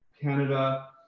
Canada